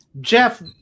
Jeff